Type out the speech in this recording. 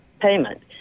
payment